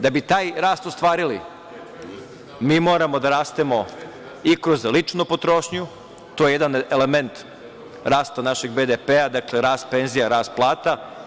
Da bi taj rast ostvarili mi moramo da rastemo i kroz ličnu potrošnju, to je jedan element rasta našeg BDP-a, dakle, rast penzija, rast plata.